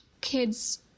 kids